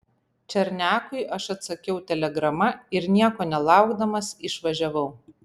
černiakui aš atsakiau telegrama ir nieko nelaukdamas išvažiavau